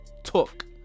Took